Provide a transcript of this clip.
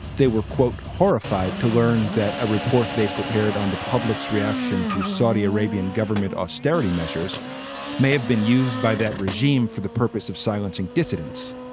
they were, quote, horrified to learn that a report they prepared on the public's reaction to saudi arabian government austerity measures may have been used by that regime for the purpose of silencing dissidents.